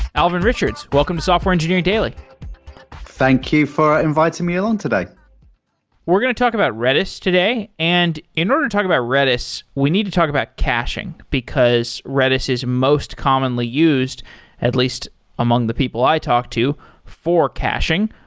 alvin richards, welcome to software engineering daily thank you for inviting me along today we're going to talk about redis today, and in order to talk about redis, we need to talk about caching, because redis is most commonly used at least among the people i talk to for caching.